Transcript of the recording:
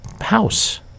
house